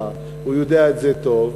הוא יודע את זה טוב,